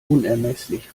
unermesslich